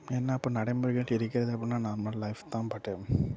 என்ன இப்போ நடைமுறைகள் இருக்கிறது அப்படினா நார்மல் லைஃப் தான் பட்டு